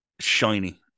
shiny